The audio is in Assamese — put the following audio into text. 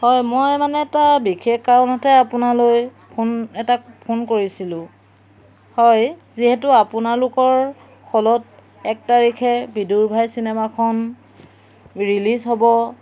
হয় মই মানে এটা বিশেষ কাৰণতে আপোনালৈ ফোন এটা ফোন কৰিছিলোঁ হয় যিহেতু আপোনালোকৰ হলত এক তাৰিখে বিদুৰ্ভাই চিনেমাখন ৰিলিজ হ'ব